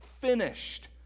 finished